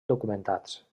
documentats